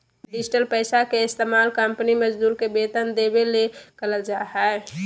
digital पैसा के इस्तमाल कंपनी मजदूर के वेतन देबे ले करल जा हइ